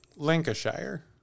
Lancashire